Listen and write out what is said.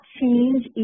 change